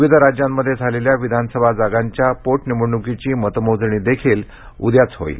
विविध राज्यांमध्ये झालेल्या विधानसभा जागांच्या पोट निवडण्कीची मतमोजणी देखील उद्याच दिवशी होईल